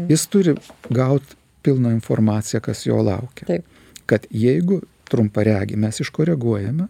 jis turi gaut pilną informaciją kas jo laukia kad jeigu trumparegį mes iškoreguojame